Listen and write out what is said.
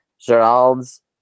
Geralds